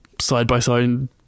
side-by-side